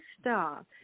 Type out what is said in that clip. star